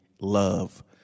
love